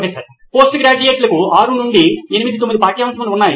professor post గ్రాడ్యుయేట్లకు 6 నుండి 8 9 పాఠ్యాంశములు ఉన్నాయి